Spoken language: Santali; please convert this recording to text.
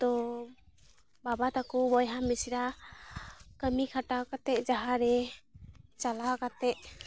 ᱛᱚ ᱵᱟᱵᱟ ᱛᱟᱠᱚ ᱵᱚᱭᱦᱟᱼᱢᱤᱥᱨᱟ ᱠᱟᱹᱢᱤ ᱠᱷᱟᱴᱟᱣ ᱠᱟᱛᱮ ᱡᱟᱦᱟᱸ ᱨᱮ ᱪᱟᱞᱟᱣ ᱠᱟᱛᱮ